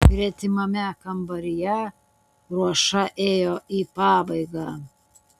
gretimame kambaryje ruoša ėjo į pabaigą